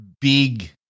big